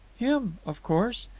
him, of course.